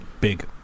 Big